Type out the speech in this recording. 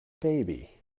baby